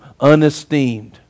unesteemed